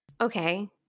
Okay